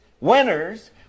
winners